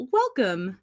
welcome